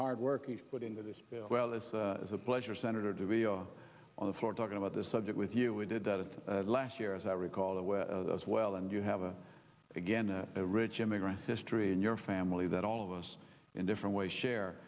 hard work you put into this bill well this is a pleasure senator to be are on the floor talking about this subject with you we did that last year as i recall the way as well and you have a again a rich immigrant history in your family that all of us in different ways share